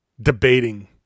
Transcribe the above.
debating